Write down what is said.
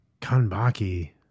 Kanbaki